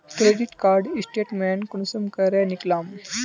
Credit card statement कुंसम करे निकलाम?